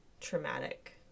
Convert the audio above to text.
traumatic